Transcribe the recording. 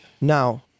Now